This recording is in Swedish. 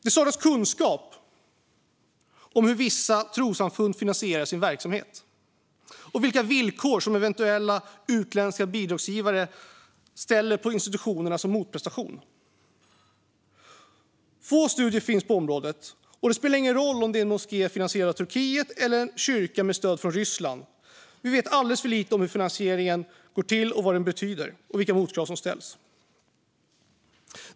Det saknas kunskap om hur vissa trossamfund finansierar sin verksamhet och vilka krav på motprestation som eventuella utländska bidragsgivare ställer på institutionerna. Få studier finns på området, och det spelar ingen roll om det är en moské som finansierats av Turkiet eller en kyrka med stöd från Ryssland - vi vet alldeles för lite om hur finansieringen går till, vad den betyder och vilka motkrav som ställs.